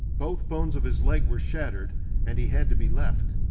both bones of his leg were shattered and he had to be left.